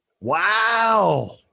Wow